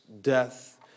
death